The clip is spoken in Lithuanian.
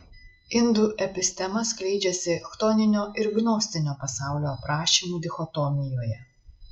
indų epistema skleidžiasi chtoninio ir gnostinio pasaulio aprašymų dichotomijoje